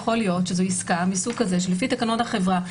יכול להיות שזאת עסקה מסוג כזה שלפי תקנון החברה,